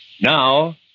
Now